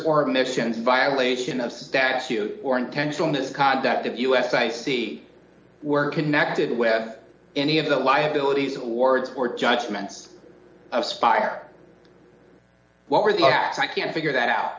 or admissions violation of statute or intentional misconduct of u s a c were connected with any of the liabilities awards or judgments aspire what were the facts i can't figure that out